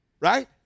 Right